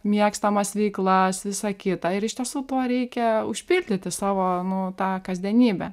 mėgstamas veiklas visą kitą ir iš tiesų tuo reikia užpildyti savo nu tą kasdienybę